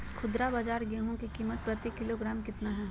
खुदरा बाजार गेंहू की कीमत प्रति किलोग्राम कितना है?